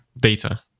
data